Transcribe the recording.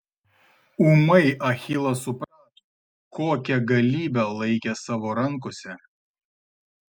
ūmai achilas suprato kokią galybę laikė savo rankose